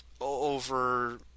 Over